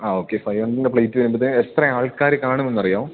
ആ okay five hundred plate വരുന്നത് എത്ര ആൾക്കാർ കാണുമെന്നറിയാമോ